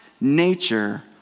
nature